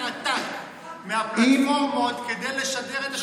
עתק מהפלטפורמות כדי לשדר את השידורים.